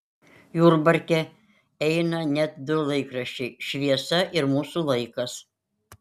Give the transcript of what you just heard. jurbarke eina net du laikraščiai šviesa ir mūsų laikas